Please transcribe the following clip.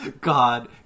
God